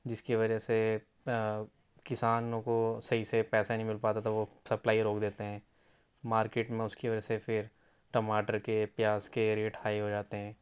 جس کی وجہ سے کسانوں کو صحیح سے پیسہ نہیں مل پاتا تھا وہ سپلائی روک دیتے ہیں مارکیٹ میں اُس کی وجہ سے پھر ٹماٹر کے پیاز کے ریٹ ہائی ہو جاتے ہیں